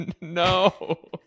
No